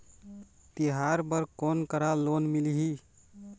तिहार बर कोन करा लोन मिलही?